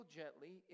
gently